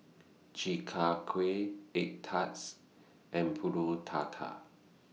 Chi Kak Kuih Egg Tarts and Pulut Tatal